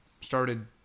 Started